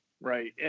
right